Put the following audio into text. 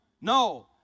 No